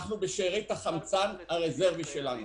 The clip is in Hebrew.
אנחנו בשארית החמצן הרזרבי שלנו.